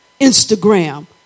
Instagram